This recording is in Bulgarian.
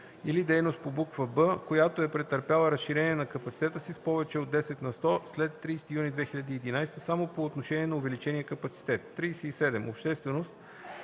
или дейност по буква „б”, която е претърпяла разширение на капацитета си с повече от 10 на сто след 30 юни 2011 г., само по отношение на увеличения капацитет. 37. „Общественост”